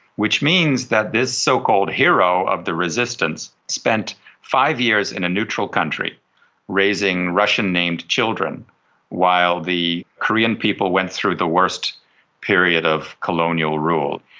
which means that this so-called hero of the resistance spent five years in a neutral country raising russian named children while the korean people went through the worst period of colonial rule.